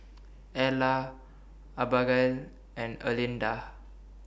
Ellar Abagail and Erlinda